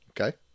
Okay